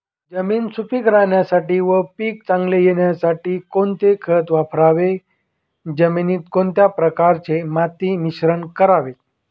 जमीन सुपिक राहण्यासाठी व पीक चांगले येण्यासाठी कोणते खत वापरावे? जमिनीत कोणत्या प्रकारचे माती मिश्रण करावे?